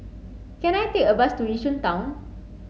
can I take a bus to Yishun Town